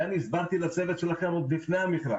זה אני הסברתי לצוות שלכם עוד לפני המכרז.